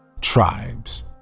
tribes